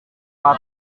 pak